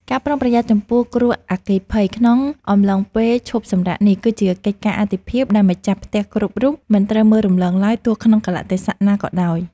ការប្រុងប្រយ័ត្នចំពោះគ្រោះអគ្គិភ័យក្នុងអំឡុងពេលឈប់សម្រាកនេះ គឺជាកិច្ចការអាទិភាពដែលម្ចាស់ផ្ទះគ្រប់រូបមិនត្រូវមើលរំលងឡើយទោះក្នុងកាលៈទេសៈណាក៏ដោយ។